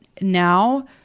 now